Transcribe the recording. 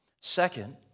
Second